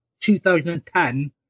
2010